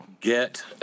get